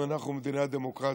ואנחנו מדינה דמוקרטית,